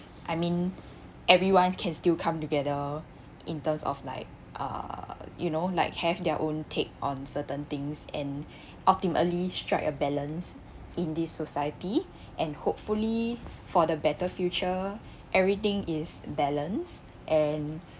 I mean everyone can still come together in terms of like uh you know like have their own take on certain things and ultimately strike a balance in this society and hopefully for the better future everything is balanced and